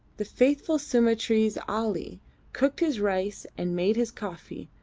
the faithful sumatrese ali cooked his rice and made his coffee,